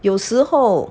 有时候